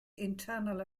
internal